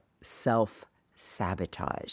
self-sabotage